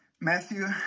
Matthew